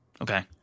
Okay